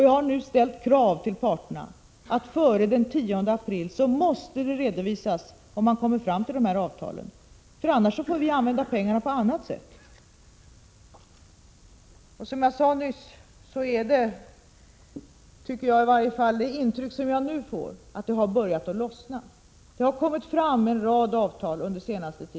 Jag har nu ställt kravet till parterna att de före den 10 april skall redovisa om de lyckats komma fram till dessa avtal. Annars får vi använda pengarna på annat sätt. Som jag sade nyss är det intryck jag nu fått att det börjat lossna. Det har under den senaste tiden kommit fram en rad avtal.